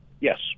Yes